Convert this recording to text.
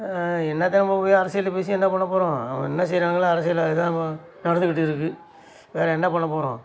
என்னத்தை நம்ம போய் அரசியல் பேசி என்ன பண்ணப் போகிறோம் அவங்க என்ன செய்கிறாங்களோ அரசியலில் அது தான் நடந்துக்கிட்டு இருக்குது வேறு என்ன பண்ணப் போகிறோம்